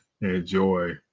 enjoy